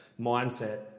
mindset